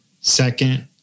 Second